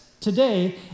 Today